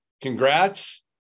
congrats